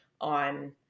on